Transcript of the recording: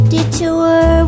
Detour